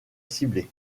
ciblées